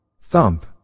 Thump